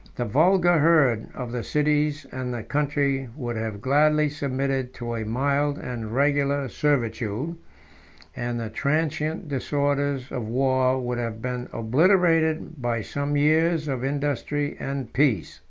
the vulgar herd of the cities and the country would have gladly submitted to a mild and regular servitude and the transient disorders of war would have been obliterated by some years of industry and peace.